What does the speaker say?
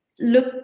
look